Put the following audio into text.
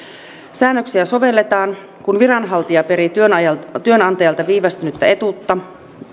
säännöksiä sovelletaan kun viranhaltija perii työnantajalta työnantajalta viivästynyttä etuutta